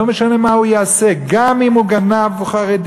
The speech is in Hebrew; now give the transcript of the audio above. לא משנה מה הוא יעשה: גם אם הוא גנב הוא חרדי,